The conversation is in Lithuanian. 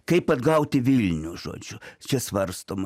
kaip atgauti vilnių žodžiu čia svarstoma